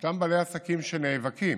מאותם בעלי עסקים, שנאבקים,